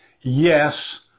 yes